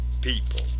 people